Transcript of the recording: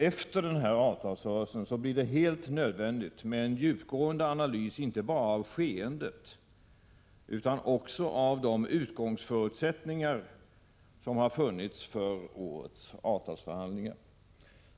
Efter den här avtalsrörelsen blir det helt nödvändigt med en djupgående analys inte bara av skeendet utan också av de utgångsförutsättningar som gällt för årets avtalsförhandlingar.